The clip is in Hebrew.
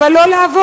אבל לא לעבוד.